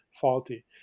faulty